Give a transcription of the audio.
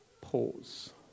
Pause